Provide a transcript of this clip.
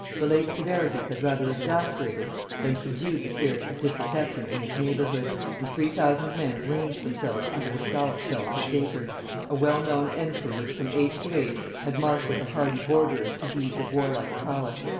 the late severities had rather exasperated than subdued the spirit of disaffection in this neighbourhood, and three thousand men ranged themselves under the scallop-shells of dacre a well known ensign which from age to age had marshalled the hardy borderers to deeds of warlike prowess.